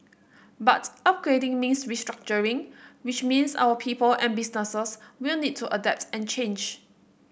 but upgrading means restructuring which means our people and businesses will need to adapt and change